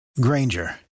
granger